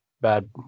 bad